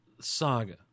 saga